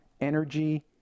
energy